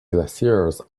glaciers